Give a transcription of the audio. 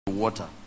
water